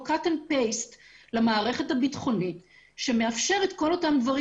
העתק-הדבק למערכת הביטחונית שמאפשר את כל אותם דברים